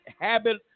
habit